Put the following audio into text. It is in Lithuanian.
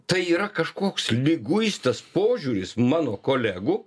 tai yra kažkoks liguistas požiūris mano kolegų